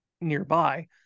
nearby